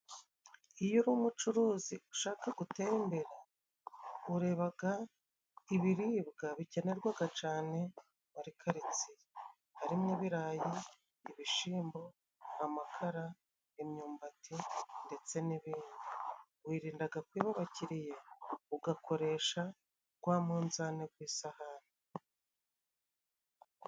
Iyo uri umucuruzi ushaka gutera imbere，urebaga ibiribwa bikenerwaga cane muri karitsiye，harimo ibirayi， ibishimbo， amakara n'imyumbati， ndetse n'ibindi. Wirindaga kwiba abakiriya， ugakoresha gwa munzani gw’ isahani.